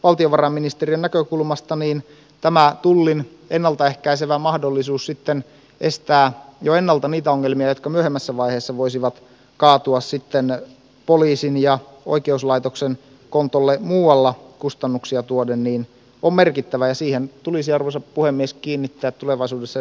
valtiovarainministeriön näkökulmasta tullin mahdollisuus estää jo ennalta niitä ongelmia jotka myöhemmässä vaiheessa voisivat kaatua poliisin ja oikeuslaitoksen kontolle muualla kustannuksia tuoden on merkittävä ja siihen tulisi arvoisa puhemies kiinnittää tulevaisuudessa enemmän huomiota